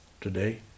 today